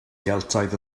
geltaidd